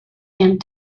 and